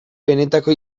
benetako